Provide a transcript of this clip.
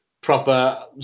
proper